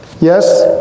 Yes